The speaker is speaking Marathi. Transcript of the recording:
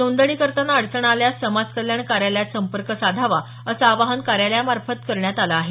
नोंदणी करताना अडचण आल्यास समाज कल्याण कार्यालयात संपर्क साधावा असं आवाहन कार्यालयामार्फत करण्यात आलं आहे